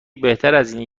بهترازاینه